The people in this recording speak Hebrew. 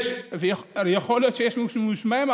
יכול להיות שיש ממושמעים,